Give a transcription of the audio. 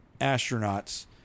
astronauts